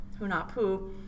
Hunapu